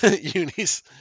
unis